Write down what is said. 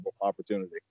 opportunity